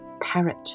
Parrot